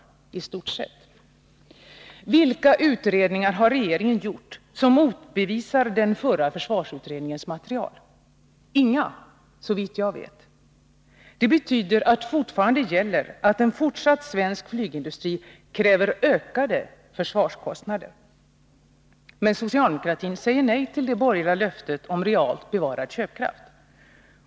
I stort sett! Vilka utredningar har regeringen gjort som motbevisar den förra försvarsutredningens material? Inga, såvitt jag vet! Det betyder att fortfarande gäller att en fortsatt svensk flygindustri kräver ökade försvarskostnader. Men socialdemokratin säger nej till det borgerliga löftet om ”realt bevarad köpkraft”.